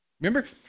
Remember